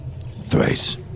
Thrace